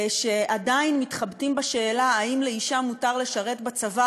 שעדיין מתחבטים בשאלה אם לאישה מותר לשרת בצבא